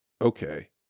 Okay